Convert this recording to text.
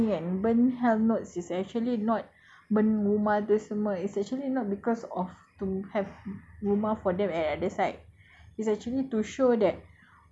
but I heard like actually burn money and burn hell notes is actually not burn rumah tu semua is actually not because of to have rumah for them and others right